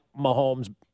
Mahomes